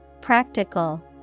Practical